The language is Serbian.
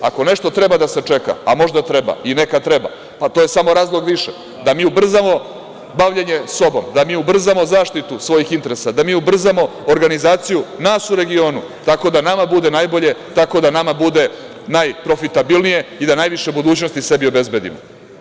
Ako nešto treba da se čeka, a možda treba i neka treba, to je samo razlog više da mi ubrzamo bavljenje sobom, da mi ubrzamo zaštitu svojih interesa, da mi ubrzamo organizaciju nas u regionu tako da nama bude najbolje, tako da nama bude najprofitabilnije i da najviše budućnosti sebi obezbedimo.